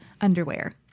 underwear